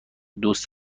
دوست